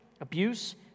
abuse